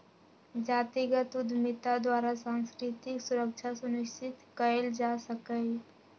जातिगत उद्यमिता द्वारा सांस्कृतिक सुरक्षा सुनिश्चित कएल जा सकैय